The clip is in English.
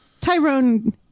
Tyrone